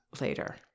later